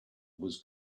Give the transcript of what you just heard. was